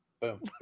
Boom